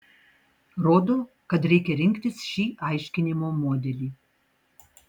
rodo kad reikia rinktis šį aiškinimo modelį